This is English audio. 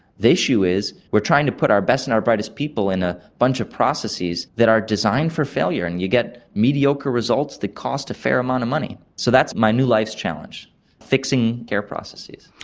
the issue is we're trying to put our best and our brightest people in a bunch of processes that are designed for failure, and you get mediocre results that cost a fair amount of money. so that's my new life's challenge fixing care processes.